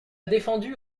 défendu